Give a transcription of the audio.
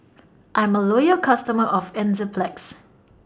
I'm A Loyal customer of Enzyplex